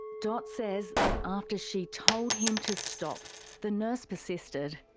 dot says that after she told him to stop the nurse persisted,